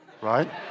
right